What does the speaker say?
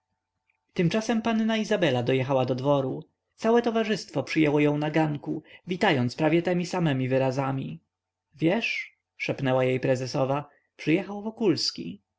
tymczasem panna izabela dojechała do dworu całe towarzystwo przyjęło ją na ganku witając prawie temi samemi wyrazami wiesz szepnęła jej prezesowa przyjechał wokulski